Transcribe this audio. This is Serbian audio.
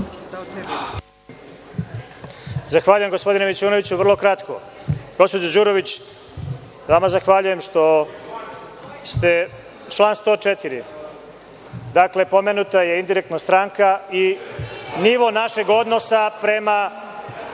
Zahvaljujem, gospodine Mićunoviću. Vrlo ću kratko. Gospođo Đurović, vama zahvaljujem …Dakle, član 104. Pomenuta je indirektno stranka i nivo našeg odnosa prema